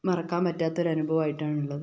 മറക്കാൻ പറ്റാത്ത ഒരനുഭവായിട്ടാണുള്ളത്